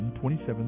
27